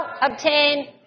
obtain